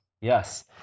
Yes